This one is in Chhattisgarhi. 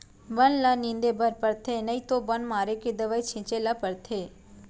बन ल निंदे बर परथे नइ तो बन मारे के दवई छिंचे ल परथे